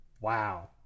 Wow